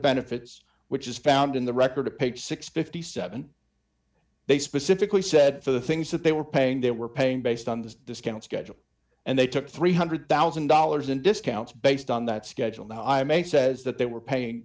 benefits which is found in the record of page six hundred and fifty seven they specifically said for the things that they were paying they were paying based on the discount schedule and they took three hundred thousand dollars in discounts based on that schedule now i may says that they were paying